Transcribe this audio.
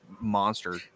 monster